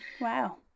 Wow